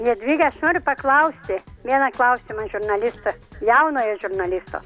jadvyga aš noriu paklausti vieną klausimą žurnalisto jaunojo žurnalisto